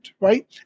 right